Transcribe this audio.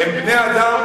הם בני-אדם.